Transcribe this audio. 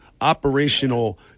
operational